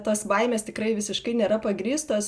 tos baimės tikrai visiškai nėra pagrįstos